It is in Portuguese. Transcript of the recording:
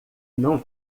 não